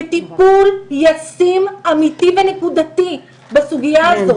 בטיפול ישים אמיתי ונקודתי בסוגיה הזאת.